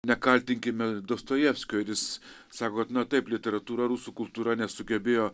nekaltinkime dostojevskio ir jis sakot na taip literatūra rusų kultūra nesugebėjo